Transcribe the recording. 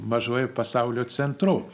mažuoju pasaulio centru